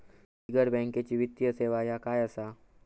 बिगर बँकेची वित्तीय सेवा ह्या काय असा?